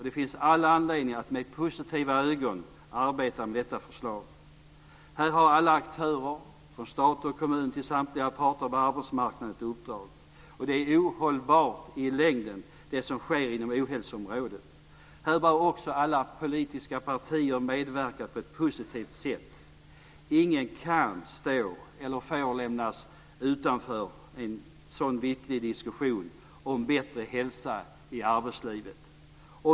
Det finns all anledning att med positiva ögon arbeta med detta förslag. Här har alla aktörer, från stat och kommun till samtliga parter på arbetsmarknaden, ett uppdrag. Det som sker inom ohälsoområdet är ohållbart i längden. Här bör alla politiska partier medverka på ett positivt sätt. Ingen kan stå eller får lämnas utanför en så viktig diskussion om bättre hälsa i arbetslivet.